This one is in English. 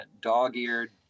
dog-eared